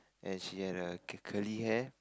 and she has a curly hair